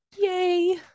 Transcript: yay